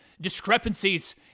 discrepancies